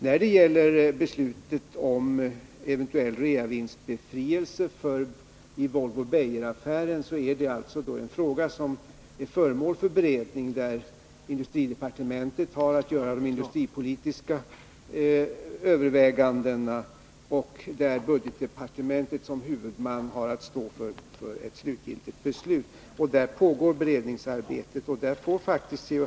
När det gäller beslutet om eventuell reavinstbefrielse i Volvo-Beijeraffären, så är det en fråga som är föremål för beredning. Industridepartementet har att göra de industripolitiska övervägandena, och budgetdepartementet som huvudman har att stå för ett slutgiltigt ställningstagande. Beredningsarbetet pågår, och C.-H.